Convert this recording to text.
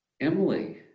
Emily